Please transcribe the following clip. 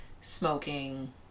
smoking